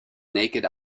naked